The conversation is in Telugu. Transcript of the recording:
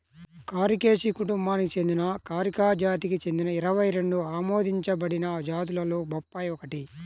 కారికేసి కుటుంబానికి చెందిన కారికా జాతికి చెందిన ఇరవై రెండు ఆమోదించబడిన జాతులలో బొప్పాయి ఒకటి